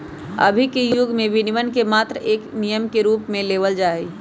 अभी के युग में विनियमन के मात्र एक नियम के रूप में लेवल जाहई